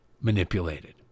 manipulated